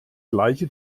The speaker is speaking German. gleiche